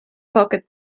pocket